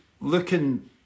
looking